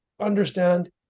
understand